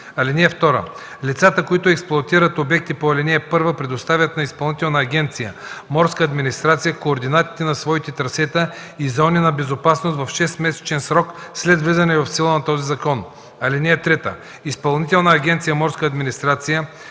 (2) Лицата, които експлоатират обекти по ал. 1, предоставят на Изпълнителна агенция „Морска администрация” координатите на своите трасета и зони на безопасност в шестмесечен срок след влизане в сила на този закон. (3) Изпълнителна агенция „Морска администрация”